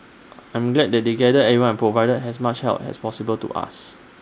I'm glad that they gathered everyone provided as much help as possible to us